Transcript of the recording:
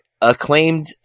acclaimed